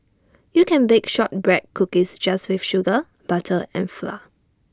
you can bake Shortbread Cookies just with sugar butter and flour